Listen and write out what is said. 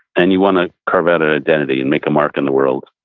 and you want to carve out an identity and make a mark on the world.